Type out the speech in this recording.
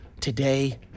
Today